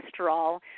cholesterol